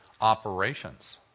operations